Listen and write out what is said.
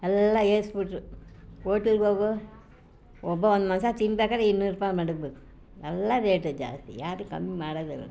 ಎಲ್ಲ ಏರಿಸಿಬಿಟ್ರು ಹೋಟ್ಲಿಗೆ ಹೋಗು ಒಬ್ಬ ಒಂದು ಮನುಷ್ಯ ತಿನ್ಬೇಕಾದರೆ ಇನ್ನೂರು ರೂಪಾಯಿ ಮಡುಗಬೇಕು ಎಲ್ಲ ರೇಟ್ ಜಾಸ್ತಿ ಯಾರು ಕಮ್ಮಿ ಮಾಡೋದಿಲ್ಲ